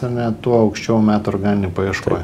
ar ne tuo aukščiau meta organinėj paieškoj